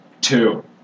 two